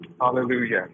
Hallelujah